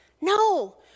No